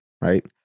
Right